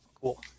Cool